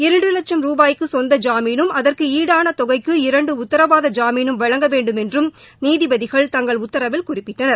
இரண்டுவட்சம் ரூபாய்க்குசொந்த ஜாமீனும் அதற்குஈடானதொகைகு இரண்டுஉத்தரவாத ஜாமீனும் வழங்க வேண்டுமென்றும் நீதிபதிகள் தங்கள் உத்தரவில் குறிப்பிட்டனர்